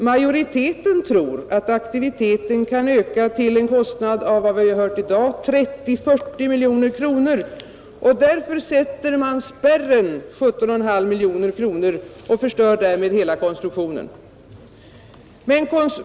Majoriteten tror att aktiviteten kan öka till en kostnad av — enligt vad vi har hört i dag — 30—40 miljoner kronor, och därför sätter man spärren vid 17,5 miljoner kronor och förstör därmed hela konstruktionen.